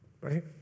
right